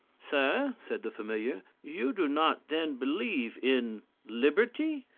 sir, said the familiar, you do not then believe in liberty?